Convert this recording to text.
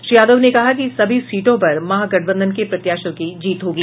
श्री यादव ने कहा कि सभी सीटों पर महागठबंधन के प्रत्याशियों की जीत होगी